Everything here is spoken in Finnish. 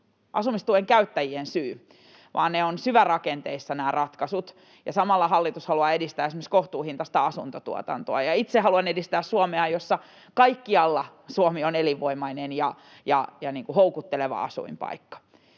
asumistuen käyttäjien syy, vaan nämä ratkaisut ovat syvärakenteissa — ja samalla hallitus haluaa edistää esimerkiksi kohtuuhintaista asuntotuotantoa. Ja itse haluan edistää Suomea, jossa kaikkialla Suomi on elinvoimainen ja houkutteleva asuinpaikka.